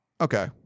Okay